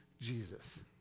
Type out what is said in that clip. Jesus